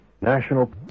National